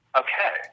okay